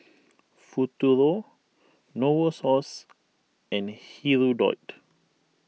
Futuro Novosource and Hirudoid